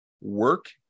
work